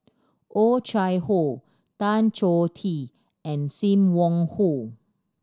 Oh Chai Hoo Tan Choh Tee and Sim Wong Hoo